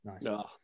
nice